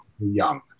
Young